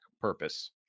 purpose